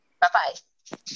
Bye-bye